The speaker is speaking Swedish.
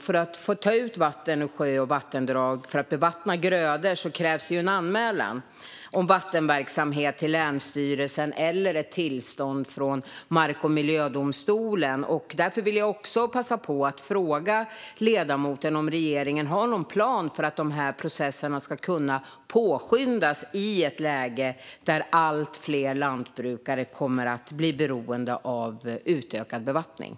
För att få ta vatten ur sjöar och vattendrag att bevattna grödor med krävs det en anmälan om vattenverksamhet till länsstyrelsen eller ett tillstånd från mark och miljödomstolen. Därför vill jag passa på att fråga ledamoten om regeringen har någon plan för hur dessa processer ska kunna påskyndas i ett läge där allt fler lantbrukare kommer att bli beroende av utökad bevattning.